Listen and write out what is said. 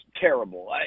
terrible